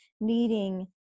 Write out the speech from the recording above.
needing